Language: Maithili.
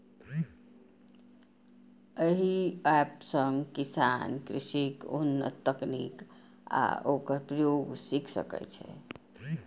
एहि एप सं किसान कृषिक उन्नत तकनीक आ ओकर प्रयोग सीख सकै छै